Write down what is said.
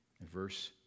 verse